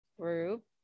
group